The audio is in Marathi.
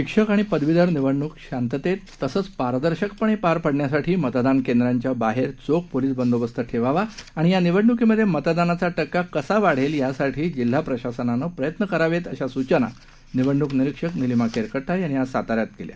शिक्षक आणि पदवीधर निवडणूक शांततेत तसंच पादर्शकपणे पार पडण्यासाठी मतदान केंद्राच्या बाहेर चोख पोलीस बंदोबस्त ठेवावा आणि या निवडणुकीमध्ये मतदानाचा टक्का कसा वाढेल यासाठी जिल्हा प्रशासनानं प्रयत्न करावेत अशा सूचना निवडणूक निरीक्षक निलीमा केरकट्टा यांनी आज साताऱ्यात केल्या